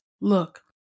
Look